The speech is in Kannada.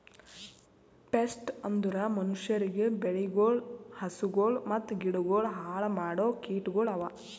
ಪೆಸ್ಟ್ ಅಂದುರ್ ಮನುಷ್ಯರಿಗ್, ಬೆಳಿಗೊಳ್, ಹಸುಗೊಳ್ ಮತ್ತ ಗಿಡಗೊಳ್ ಹಾಳ್ ಮಾಡೋ ಕೀಟಗೊಳ್ ಅವಾ